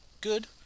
good